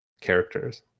characters